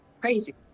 crazy